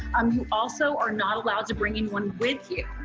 um you also are not allowed to bring anyone with you.